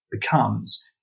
becomes